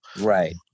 Right